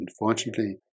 Unfortunately